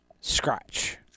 scratch